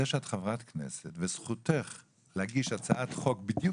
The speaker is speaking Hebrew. חברת כנסת וזכותך להגיש הצעת חוק בדיוק